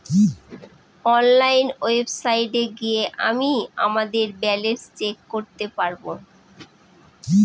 online ওয়েবসাইটে গিয়ে আমিই আমাদের ব্যালান্স চেক করতে পারবো